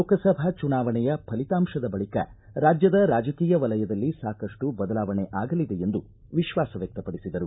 ಲೋಕಸಭಾ ಚುನಾವಣೆಯ ಫಲಿತಾಂಶದ ಬಳಿಕ ರಾಜ್ಯದ ರಾಜಕೀಯ ವಲಯದಲ್ಲಿ ಸಾಕಷ್ಟು ಬದಲಾವಣೆ ಆಗಲಿದೆ ಎಂದು ವಿಶ್ವಾಸ ವ್ಯಕ್ತಪಡಿಸಿದರು